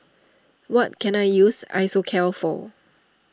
what can I use Isocal for